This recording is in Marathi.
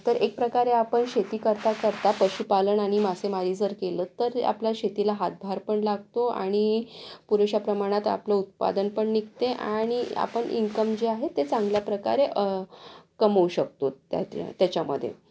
तर एक प्रकारे आपण शेती करता करता पशुपालन आणि मासेमारी जर केलं तर आपल्या शेतीला हातभार पण लागतो आणि पुरेशा प्रमाणात आपलं उत्पादन पण निघते आणि आपण इन्कम जे आहे ते चांगल्या प्रकारे कमवू शकतो त्याच्या त्याच्यामध्ये